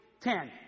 Ten